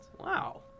Wow